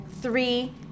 three